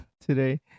today